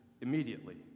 immediately